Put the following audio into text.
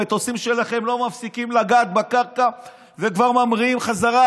המטוסים שלכם לא מספיקים לגעת בקרקע וכבר ממריאים חזרה.